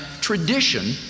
tradition